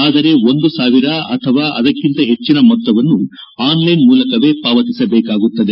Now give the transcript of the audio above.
ಆದರೆ ಒಂದು ಸಾವಿರ ಅಥವಾ ಅದಕ್ಕಿಂತ ಹೆಚ್ಚಿನ ಮೊತ್ತವನ್ನು ಆನ್ಲೈನ್ ಮೂಲಕವೇ ಪಾವತಿಸಬೇಕಾಗುತ್ತದೆ